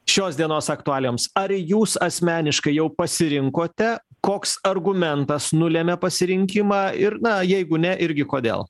šios dienos aktualijoms ar jūs asmeniškai jau pasirinkote koks argumentas nulemia pasirinkimą ir na jeigu ne irgi kodėl